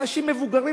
אנשים מבוגרים,